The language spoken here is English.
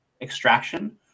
Extraction